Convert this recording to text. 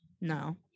no